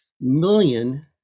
million